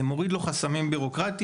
זה מוריד לו חסמים בירוקרטיים,